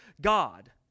God